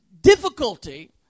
difficulty